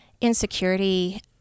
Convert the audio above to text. insecurity